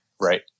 Right